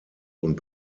und